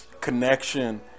connection